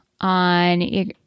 On